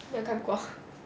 没有看过